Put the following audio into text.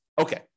Okay